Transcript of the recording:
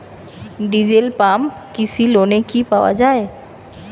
Diesel pump কৃষি লোনে কি পাওয়া য়ায়?